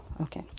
Okay